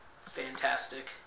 fantastic